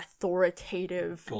authoritative